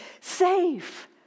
safe